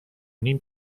نیم